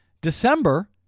December